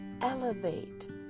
elevate